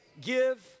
give